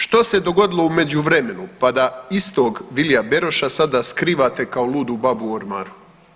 Što se dogodilo u međuvremenu pa da istog Vilija Beroša sada skrivate kao ludu babu u ormaru?